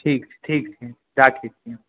ठीक ठीक छै राखै छी